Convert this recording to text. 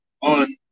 on